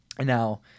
Now